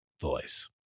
voice